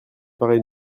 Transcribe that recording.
paraît